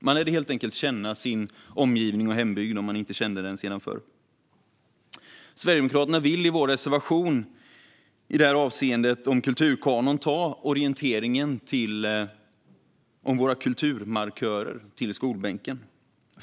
Man lärde helt enkelt känna sin omgivning och hembygd, om man inte kände den sedan förr. Vi i Sverigedemokraterna vill i vår reservation om kulturkanon ta orienteringen om våra kulturmarkörer till skolbänken.